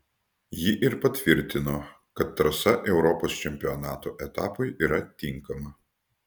ji ir patvirtino kad trasa europos čempionato etapui yra tinkama